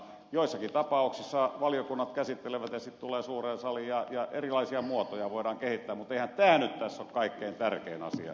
joissakin tapauksissa valiokunnat käsittelevät asiaa ja sitten se tulee suureen saliin ja erilaisia muotoja voidaan kehittää mutta eihän tämä nyt tässä ole kaikkein tärkein asia